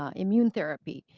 um immune therapy,